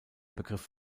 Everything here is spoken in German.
begriff